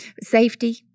safety